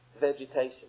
vegetation